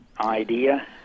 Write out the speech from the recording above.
idea